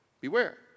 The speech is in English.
beware